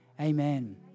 Amen